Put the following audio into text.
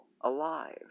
alive